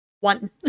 One